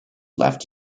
left